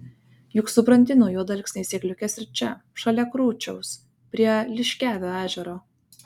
juk subrandino juodalksniai sėkliukes ir čia šalia krūčiaus prie liškiavio ežero